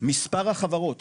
מספר החברות,